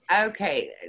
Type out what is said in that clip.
Okay